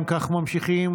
אם כך, ממשיכים